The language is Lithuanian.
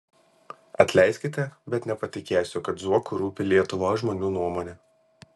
atleiskite bet nepatikėsiu kad zuoku rūpi lietuvos žmonių nuomonė